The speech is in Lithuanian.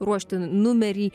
ruošti numerį